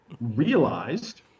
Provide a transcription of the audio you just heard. realized